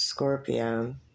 Scorpio